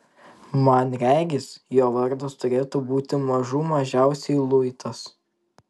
man regis jo vardas turėtų būti mažų mažiausiai luitas